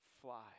fly